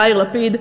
יאיר לפיד,